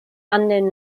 unknown